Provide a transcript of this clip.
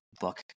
book